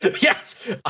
Yes